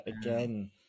again